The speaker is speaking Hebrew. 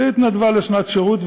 והיא התנדבה לשנת שירות,